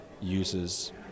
uses